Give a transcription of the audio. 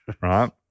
Right